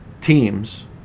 teams